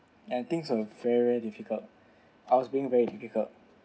and things were very very difficult I was being very difficult